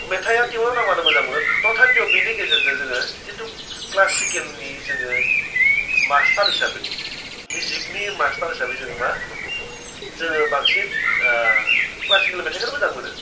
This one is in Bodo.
मेथाइआ टिउनाव नांबानो मोजां मोनो थथाफिय बिनि गेजेरजों जोङो जिथु क्लासिकेलनि जोङो मास्टार हिसाबै मिउजिकनि मास्टार हिसाबै जों मा जोङो बांसिन क्लासिकेल मेथाइखौनो मोजां मोनो